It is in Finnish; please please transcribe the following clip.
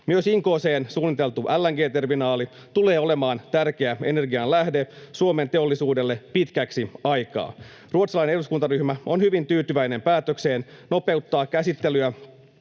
Myös Inkooseen suunniteltu LNG-terminaali tulee olemaan tärkeä energianlähde Suomen teollisuudelle pitkäksi aikaa. Ruotsalainen eduskuntaryhmä on hyvin tyytyväinen päätökseen nopeuttaa käsittelyä